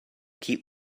keep